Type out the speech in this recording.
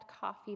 coffee